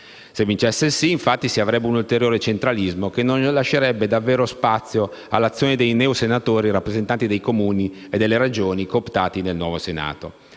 Se vincesse il sì, si avrebbe un ulteriore centralismo, che non lascerebbe spazio alla azione dei neo senatori, rappresentanti dei Comuni e delle Regioni cooptati nel nuovo Senato.